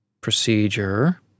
procedure